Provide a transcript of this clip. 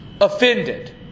offended